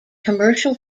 commercial